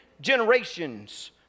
generations